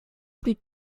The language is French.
plus